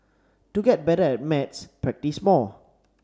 to get better at maths practise more